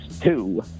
two